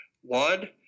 One